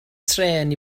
trên